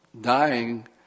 dying